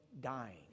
dying